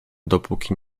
dopóki